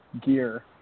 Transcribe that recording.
gear